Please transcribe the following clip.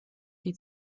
die